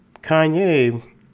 Kanye